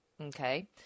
Okay